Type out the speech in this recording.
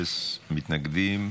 אפס מתנגדים.